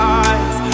eyes